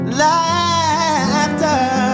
laughter